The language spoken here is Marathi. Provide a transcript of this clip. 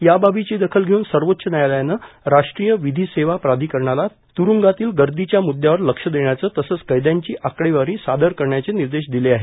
या बाबीची दखल षेऊन सर्वोच्च न्यायालयानं राष्ट्रीय विषी सेवा प्राधिकरणाला तुरूंगातील गर्दीच्या मुद्यावर लब देण्याचं तसंव कैयांची आकडेवारी सादर करण्याचे निर्देश दिले आहेत